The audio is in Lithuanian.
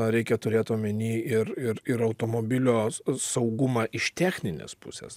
reikia turėt omeny ir ir ir automobilio saugumą iš techninės pusės